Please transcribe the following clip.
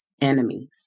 enemies